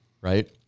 right